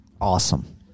Awesome